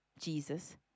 Jesus